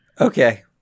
Okay